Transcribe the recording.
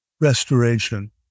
restoration